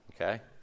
Okay